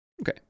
okay